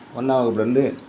ஒன்றாம் வகுப்புலேருந்து